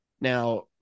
now